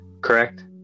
Correct